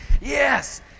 yes